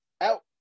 out